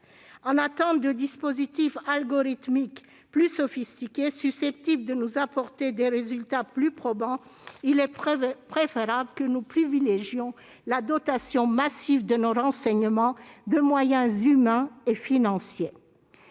En l'attente de dispositifs algorithmiques plus sophistiqués, susceptibles de nous apporter des résultats plus probants, il est préférable que nous privilégiions la dotation massive de nos services de renseignement en moyens humains et financiers.